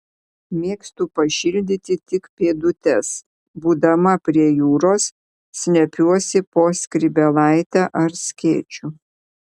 mėgstu pašildyti tik pėdutes būdama prie jūros slepiuosi po skrybėlaite ar skėčiu